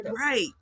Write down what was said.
right